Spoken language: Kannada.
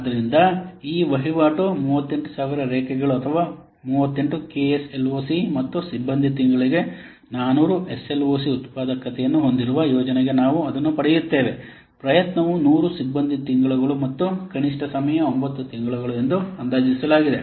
ಆದ್ದರಿಂದ ಈ ವಹಿವಾಟು 38000 ರೇಖೆಗಳು ಅಥವಾ 38 K S L O C ಮತ್ತು ಸಿಬ್ಬಂದಿ ತಿಂಗಳಿಗೆ 400 ಎಸ್ ಎಲ್ ಒ ಸಿ ಉತ್ಪಾದಕತೆಯನ್ನು ಹೊಂದಿರುವ ಯೋಜನೆಗೆ ನಾವು ಅದನ್ನು ಪಡೆಯುತ್ತೇವೆ ಪ್ರಯತ್ನವು 100 ಸಿಬ್ಬಂದಿ ತಿಂಗಳುಗಳು ಮತ್ತು ಕನಿಷ್ಠ ಸಮಯ 9 ತಿಂಗಳುಗಳು ಎಂದು ಅಂದಾಜಿಸಲಾಗಿದೆ